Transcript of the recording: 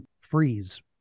freeze